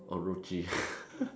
or